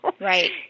right